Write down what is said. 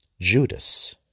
Judas